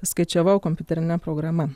skaičiavau kompiuterine programa